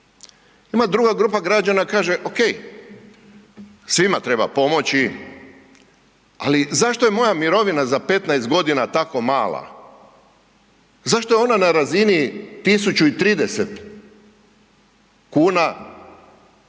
Ima druga grupa građana kaže okej, svima treba pomoći, ali zašto je moja mirovina za 15.g. tako mala? Zašto je ona na razini 1.030,00